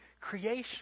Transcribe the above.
creation